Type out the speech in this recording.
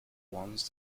ones